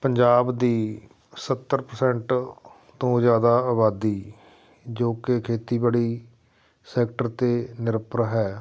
ਪੰਜਾਬ ਦੀ ਸੱਤਰ ਪ੍ਰਸੈਂਟ ਤੋਂ ਜ਼ਿਆਦਾ ਆਬਾਦੀ ਜੋ ਕਿ ਖੇਤੀਬਾੜੀ ਸੈਕਟਰ 'ਤੇ ਨਿਰਭਰ ਹੈ